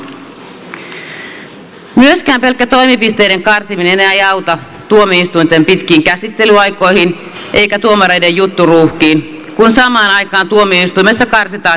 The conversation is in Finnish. myöskään pelkkä toimipisteiden karsiminen ei auta tuomioistuinten pitkiin käsittelyaikoihin eikä tuomareiden jutturuuhkiin kun samaan aikaan tuomioistuimissa karsitaan henkilöstöä